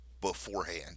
beforehand